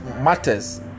matters